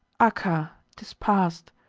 acca, t is past!